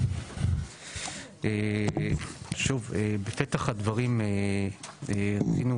שוב, בפתח הדברים רצינו